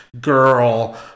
girl